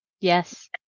Yes